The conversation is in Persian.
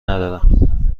ندارند